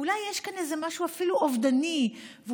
ואולי יש כאן משהו אובדני אפילו,